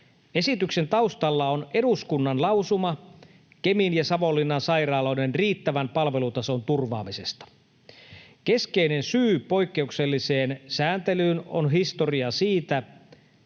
Esityksen taustalla on eduskunnan lausuma Kemin ja Savonlinnan sairaaloiden riittävän palvelutason turvaamisesta. Keskeinen syy poikkeukselliseen sääntelyyn on historia siitä,